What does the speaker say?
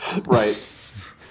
right